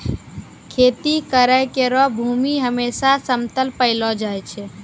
खेती करै केरो भूमि हमेसा समतल पैलो जाय छै